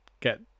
get